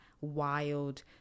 wild